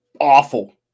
awful